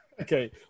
Okay